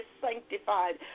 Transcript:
sanctified